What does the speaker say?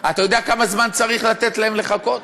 אתה יודע כמה זמן צריך לתת להם לחכות?